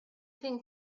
thing